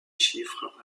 chiffres